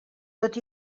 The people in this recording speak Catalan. tot